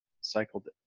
cycled